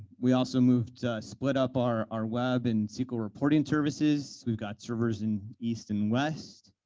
we also moved, split up, our our web and sql reporting services. we've got servers in east and west,